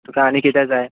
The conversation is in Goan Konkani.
तुका आनी कितें जाय